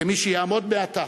כמי שיעמוד מעתה